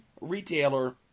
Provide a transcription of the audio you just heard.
retailer